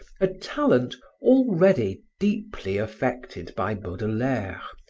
a talent already deeply affected by baudelaire,